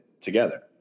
together